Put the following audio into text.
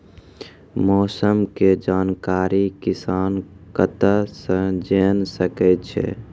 मौसम के जानकारी किसान कता सं जेन सके छै?